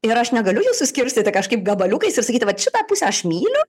ir aš negaliu jų suskirstyti kažkaip gabaliukais ir sakyti kad šitą pusę aš myliu